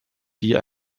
die